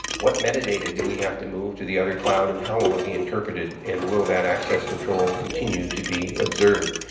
what metadata do we have to move to the other cloud and how will it be interpreted and will that access control continue to be observed?